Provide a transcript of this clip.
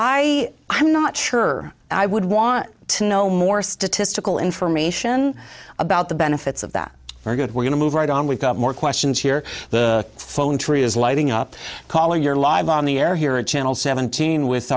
i i'm not sure i would want to know more statistical information about the benefits of that are good we're going to move right on we've got more questions here the phone tree is lighting up caller you're live on the air here a channel seventeen with